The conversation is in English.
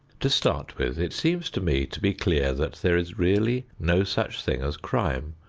to start with it seems to me to be clear that there is really no such thing as crime,